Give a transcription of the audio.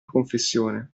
confessione